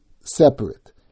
separate